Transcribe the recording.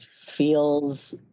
feels